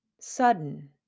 Sudden